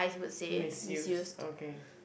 misused okay